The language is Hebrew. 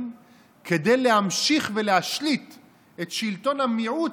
כדי להמשיך ולהשליט את שלטון המיעוט,